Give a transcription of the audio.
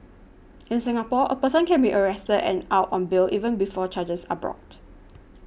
in Singapore a person can be arrested and out on bail even before charges are brought